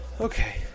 Okay